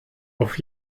auf